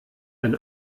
ein